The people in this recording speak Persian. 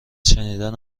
شنیدن